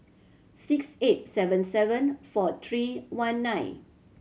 six eight seven seven four three one nine